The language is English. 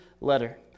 letter